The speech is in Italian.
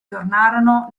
tornarono